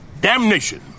damnation